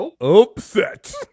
upset